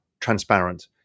transparent